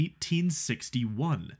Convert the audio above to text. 1861